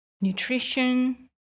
Nutrition